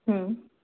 હં